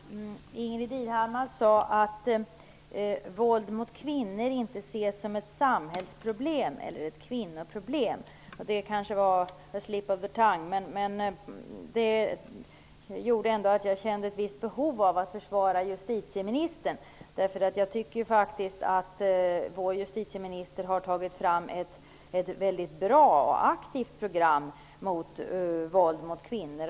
Herr talman! Ingbritt Irhammar sade att våld mot kvinnor inte ses som ett samhällsproblem eller ett kvinnoproblem. Det var kanske ''a slip of the tounge'', men det gjorde ändå att jag kände ett visst behov av att försvara justitieministern. Jag tycker faktiskt att vår justitieminister har tagit fram ett väldigt bra och aktivt program mot våld mot kvinnor.